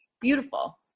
Beautiful